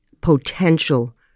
potential